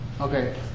Okay